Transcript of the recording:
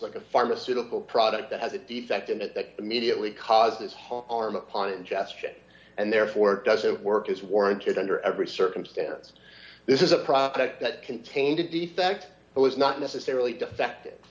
like a pharmaceutical product that has a defect in it that immediately causes harm arm upon ingestion and therefore it doesn't work is warranted under every circumstance this is a product that contained a defect but was not necessarily defective